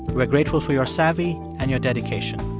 we're grateful for your savvy and your dedication.